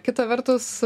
kita vertus